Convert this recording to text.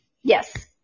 yes